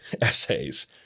essays